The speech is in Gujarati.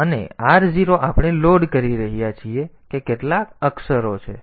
અને r0 આપણે લોડ કરી રહ્યા છીએ કે કેટલા અક્ષરો છે